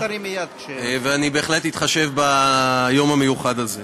אני בהחלט אתחשב ביום המיוחד הזה.